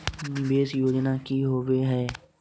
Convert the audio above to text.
निवेस योजना की होवे है?